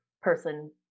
person